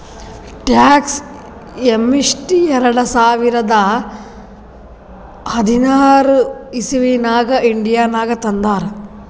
tax amnesty ಎರಡ ಸಾವಿರದ ಹದಿನಾರ್ ಇಸವಿನಾಗ್ ಇಂಡಿಯಾನಾಗ್ ತಂದಾರ್